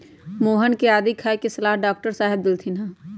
मोहन के आदी खाए के सलाह डॉक्टर साहेब देलथिन ह